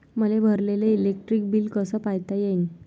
मले भरलेल electric bill कस पायता येईन?